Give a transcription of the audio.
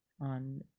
on